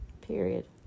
Period